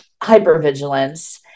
hypervigilance